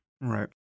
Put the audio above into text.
right